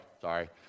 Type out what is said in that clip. Sorry